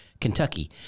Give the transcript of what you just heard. Kentucky